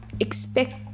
Expect